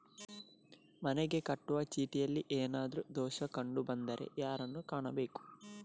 ಮನೆಗೆ ಕಟ್ಟುವ ಚೀಟಿಯಲ್ಲಿ ಏನಾದ್ರು ದೋಷ ಕಂಡು ಬಂದರೆ ಯಾರನ್ನು ಕಾಣಬೇಕು?